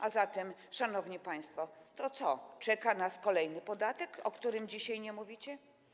A zatem, szanowni państwo, to co, czeka nas kolejny podatek, o którym dzisiaj nie mówicie?